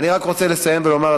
אני רק רוצה לסיים ולומר,